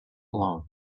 along